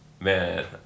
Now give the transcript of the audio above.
Man